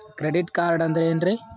Credit card ಅಂದ್ರ ಏನ್ರೀ?